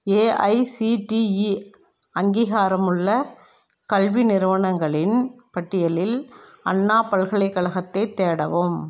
AICTE அங்கீகாரமுள்ள கல்வி நிறுவனங்களின் பட்டியலில் அண்ணா பல்கலைக்கழகத்தைத் தேடவும்